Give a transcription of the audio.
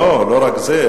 לא, לא רק זה.